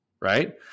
Right